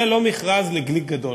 זה לא מכרז ל"גליק" גדול.